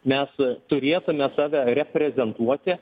mes turėtume save reprezentuoti